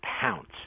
pounce